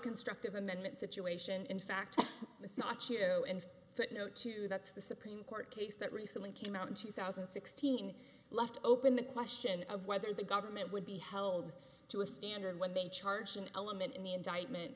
constructive amendment situation in fact massage you know and that no two that's the supreme court case that recently came out in two thousand and sixteen left open the question of whether the government would be held to a standard when they charge an element in the indictment